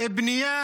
בנייה